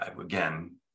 again